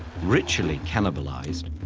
ritually cannibalized,